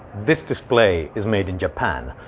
this display is made in japan,